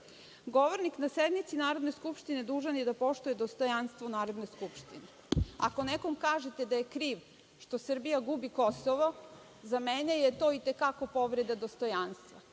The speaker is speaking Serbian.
Govornik na sednici Narodne skupštine dužan je da poštuje dostojanstvo Narodne skupštine. Ako nekome kažete da je kriv što Srbija gubi Kosovo, za mene je to i te kako povreda dostojanstva.